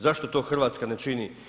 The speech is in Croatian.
Zašto to Hrvatska ne čini?